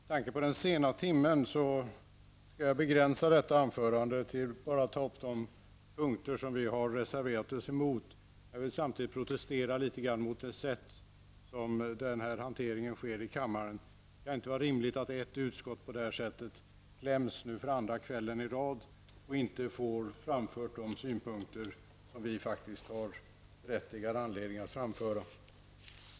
Herr talman! Med tanke på den sena timmen skall jag begränsa detta anförande och bara ta upp de punkter som vi har reservera oss emot. Jag vill samtidigt protestera litet grand mot det sätt på vilket detta ärende hanteras här i kammaren. Det kan inte vara rimligt att ett utskott kommer i kläm för andra kvällen i rad och inte får framfört de synpunkter som vi har berättigad anledning att framföra.